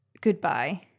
goodbye